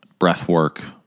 breathwork